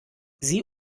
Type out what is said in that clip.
sie